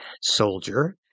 soldier